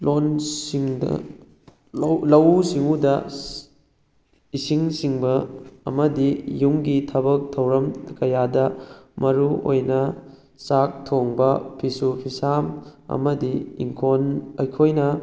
ꯂꯣꯟꯁꯤꯡꯗ ꯂꯧꯎ ꯁꯤꯡꯎꯗ ꯏꯁꯤꯡ ꯆꯤꯡꯕ ꯑꯃꯗꯤ ꯌꯨꯝꯒꯤ ꯊꯕꯛ ꯊꯧꯔꯝ ꯀꯌꯥꯗ ꯃꯔꯨ ꯑꯣꯏꯅ ꯆꯥꯛ ꯊꯣꯡꯕ ꯐꯤꯁꯨ ꯐꯤꯁꯥꯝ ꯑꯃꯗꯤ ꯏꯪꯈꯣꯜ ꯑꯩꯈꯣꯏꯅ